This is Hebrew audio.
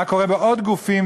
מה קורה בעוד גופים,